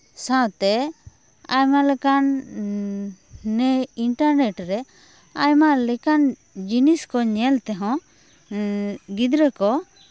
ᱥᱟᱶᱛᱮ ᱟᱭᱢᱟ ᱞᱮᱠᱟᱱ ᱱᱤᱭᱟᱹ ᱤᱱᱴᱟᱨᱱᱮᱴ ᱨᱮ ᱟᱭᱢᱟ ᱞᱮᱠᱟᱱ ᱡᱤᱱᱤᱥ ᱠᱚ ᱧᱮᱞ ᱛᱮᱦᱚᱸ ᱜᱤᱫᱽᱨᱟᱹ ᱠᱚ